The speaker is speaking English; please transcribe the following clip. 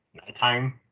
nighttime